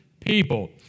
people